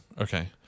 Okay